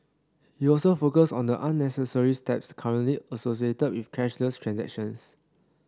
he also focused on the unnecessary steps currently associated with cashless transactions